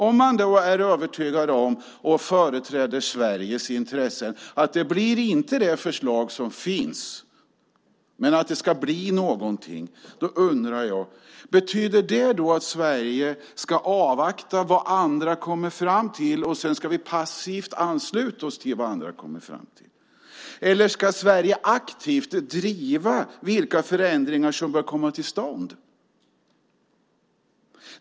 Om man företräder Sveriges intressen och är övertygad om att det inte blir det förslag som finns, men att det ändå ska bli något, undrar jag: Betyder det att Sverige ska avvakta vad andra kommer fram till och sedan passivt ansluta sig till det? Eller ska Sverige aktivt driva de förändringar som bör komma till stånd?